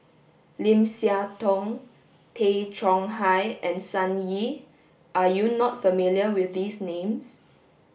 Lim Siah Tong Tay Chong Hai and Sun Yee are you not familiar with these names